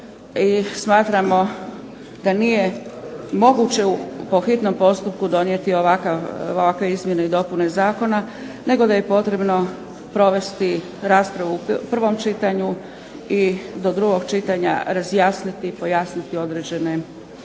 smatramo da nije moguće po hitnom postupku donijeti ovakve izmjene i dopune zakona, nego da je potrebno provesti raspravu u prvom čitanju, i do drugog čitanja razjasniti, pojasniti određene